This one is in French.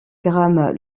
grammes